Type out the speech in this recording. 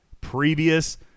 previous